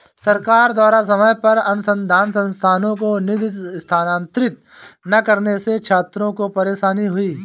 सरकार द्वारा समय पर अनुसन्धान संस्थानों को निधि स्थानांतरित न करने से छात्रों को परेशानी हुई